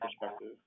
perspective